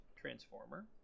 Transformer